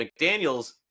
McDaniels